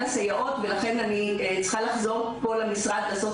הסייעות ולכן אני צריכה לחזור פה למשרד על מנת לעשות